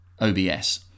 OBS